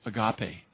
agape